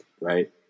Right